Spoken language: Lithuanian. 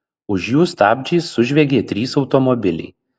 už jų stabdžiais sužviegė trys automobiliai